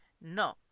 No